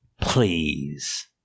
Please